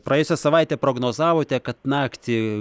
praėjusią savaitę prognozavote kad naktį